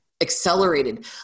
accelerated